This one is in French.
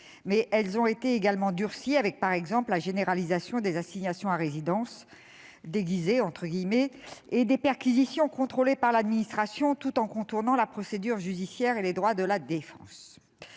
mais elles ont également été durcies avec, par exemple, la généralisation des assignations à résidence « déguisées » et celle des perquisitions contrôlées par l'administration, tout en contournant la procédure judiciaire et les droits de la défense.